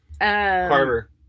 Carver